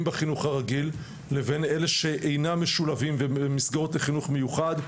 בחינוך הרגיל לבין אלה שאינם משולבים במסגרות לחינוך מיוחד,